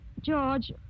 George